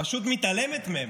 פשוט מתעלמת מהם?